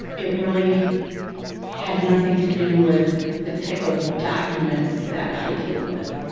it really had nothing to do with the type of documents that i deal with.